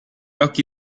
occhi